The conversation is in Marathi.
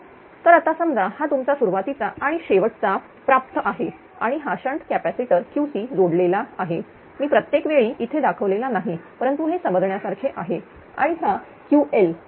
तर आता समजा हा तुमचा सुरुवातीचा आणि शेवटचा प्राप्त आहे आणि हा शंट कॅपॅसिटर QCजोडलेला आहे मी प्रत्येक वेळी इथे दाखवलेला नाही परंतु हे समजण्यासारखे आहे आणि हा Ql भार